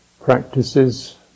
practices